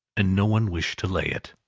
and no one wish to lay it.